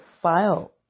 file